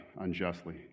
unjustly